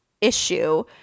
issue